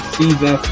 season